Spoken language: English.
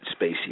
spacey